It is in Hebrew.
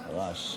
יש רעש.